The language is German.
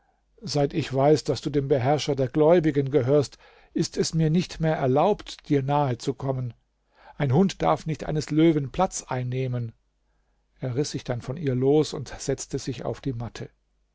seit ich weiß daß du dem beherrscher der gläubigen gehörst ist es mir nicht mehr erlaubt dir nahe zu kommen ein hund darf nicht eines löwen platz einnehmen er riß sich dann von ihr los und setzte sich auf die matte